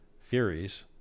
theories